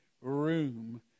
room